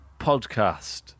Podcast